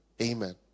Amen